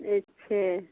अच्छा